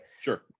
Sure